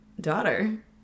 Daughter